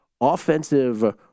offensive